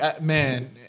Man